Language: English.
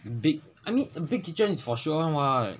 big I mean big kitchen is for sure [one] [what]